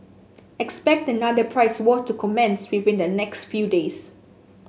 expect another price war to commence within the next few days